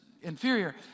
inferior